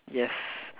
yes